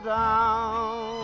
down